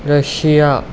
Russia